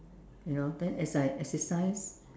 you know then as I exercise